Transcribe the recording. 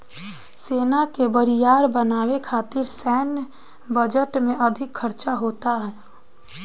सेना के बरियार बनावे खातिर सैन्य बजट में अधिक खर्चा होता